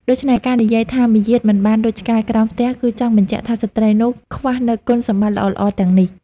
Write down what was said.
ដូច្នេះ ការនិយាយថាមាយាទមិនបានដូចឆ្កែក្រោមផ្ទះ គឺចង់បញ្ជាក់ថាស្ត្រីនោះខ្វះនូវគុណសម្បត្តិល្អៗទាំងនេះ។